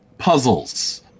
Puzzles